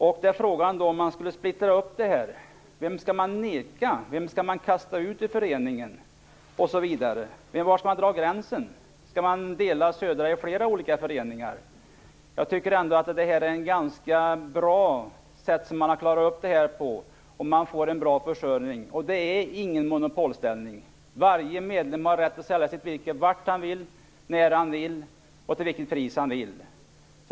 Om man skulle splittra upp föreningen, vem skall man neka? Vem skall man kasta ut ur föreningen? Var skall man dra gränsen? Skall man dela Södra i fler olika föreningar? Jag tycker ändå att det är ett ganska bra sätt som man har klarat upp situationen på, och man får en bra försörjning. Och det är ingen monopolställning. Varje medlem har rätt att sälja sitt virke vart han vill, när han vill och till vilket pris han vill.